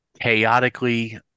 chaotically